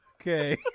Okay